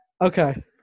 Okay